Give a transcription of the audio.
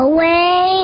Away